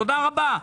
תודה רבה.